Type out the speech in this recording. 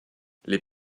les